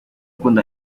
ukunda